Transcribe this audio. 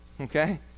Okay